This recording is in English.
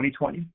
2020